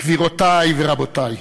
גבירותי ורבותי,